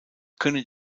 können